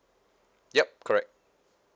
yup correct